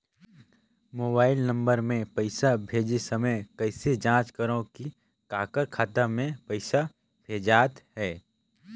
Mobile number मे पइसा भेजे समय कइसे जांच करव की काकर खाता मे पइसा भेजात हे?